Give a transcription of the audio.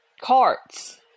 carts